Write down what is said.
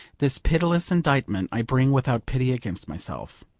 this pitiless indictment i bring without pity against myself.